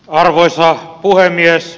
arvoisa puhemies